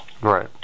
right